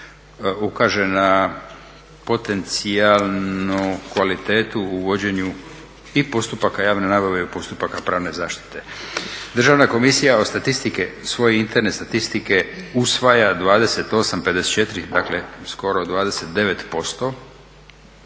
ukaže na potencijalnu kvalitetu u vođenju i postupaka javne nabave i postupaka pravne zaštite. Državna komisija od statistike, svoje interne statistike usvaja 28,54 dakle skoro 29%.